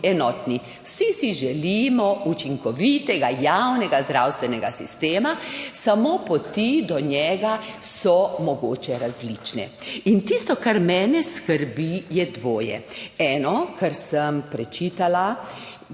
Vsi si želimo učinkovitega javnega zdravstvenega sistema. Samo poti do njega so mogoče različne. In tisto, kar mene skrbi, je dvoje. Eno, kar sem prečitala,